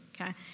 okay